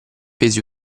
pesi